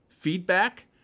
feedback